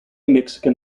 mexican